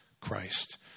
Christ